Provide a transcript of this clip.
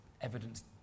evidence